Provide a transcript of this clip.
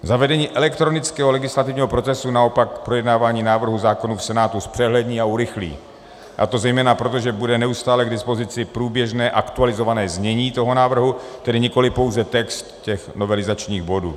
Zavedení elektronického legislativního procesu naopak projednávání návrhů zákonů v Senátu zpřehlední a urychlí, a to zejména proto, že bude neustále k dispozici průběžné aktualizované znění toho návrhu, tedy nikoliv pouze text těch novelizačních bodů.